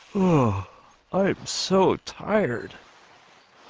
oh i'm so tired